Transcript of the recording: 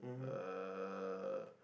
uh